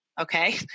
Okay